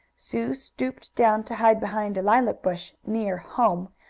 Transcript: sue stooped down to hide behind a lilac bush, near home,